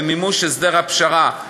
במימוש הסדר הפשרה.